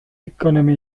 economy